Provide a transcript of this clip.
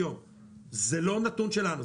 זה לא נתון שלנו,